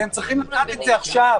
הם צריכים לדעת את זה עכשיו.